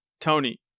Tony